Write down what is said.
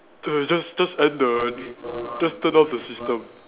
err just just end the just turn off the system